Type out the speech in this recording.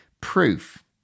proof